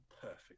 perfect